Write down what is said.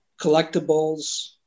collectibles